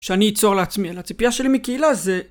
שאני אצור לעצמי, לציפייה שלי מקהילה זה...